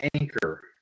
anchor